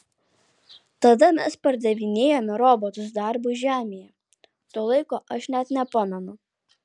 tada mes pardavinėjome robotus darbui žemėje to laiko aš net nepamenu